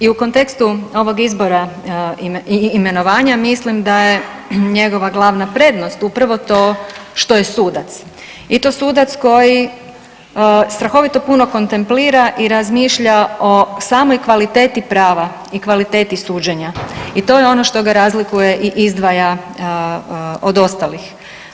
I u kontekstu ovog izbora i imenovanja mislim da je njegova glavna prednost upravo to što je sudac i to sudac koji strahovito puno kontemplira i razmišlja o samoj kvaliteti prava i kvaliteti suđenja i to je ono što ga razlikuje i izdvaja od ostalih.